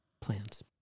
plans